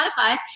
Spotify